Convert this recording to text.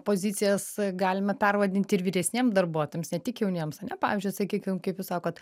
pozicijas galime pervadinti ir vyresniem darbuotojams ne tik jauniems ane pavyzdžiui sakykim kaip jūs sakot